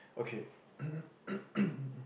okay